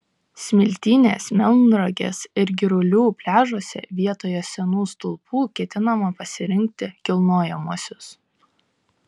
smiltynės melnragės ir girulių pliažuose vietoje senų stulpų ketinama pasirinkti kilnojamuosius